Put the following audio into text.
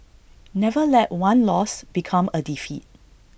never let one loss become A defeat